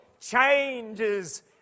Changes